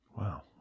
Wow